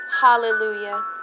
Hallelujah